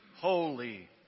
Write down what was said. holy